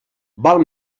val